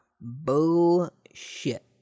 Bullshit